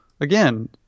Again